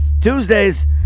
Tuesdays